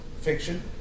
Fiction